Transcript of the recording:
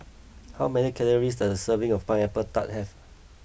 how many calories does a serving of Pineapple Tart have